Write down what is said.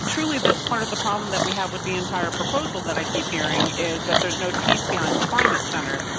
truly that's part of the problem that we have with the entire proposal that i keep hearing is that there's no teeth beyond the climate center.